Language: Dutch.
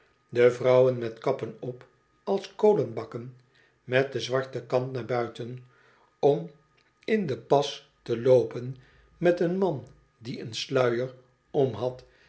de vrouwen met kappen op als kolenbakken met den zwarten kant naar buiten om in den pas te loopen met een man die een sluier om had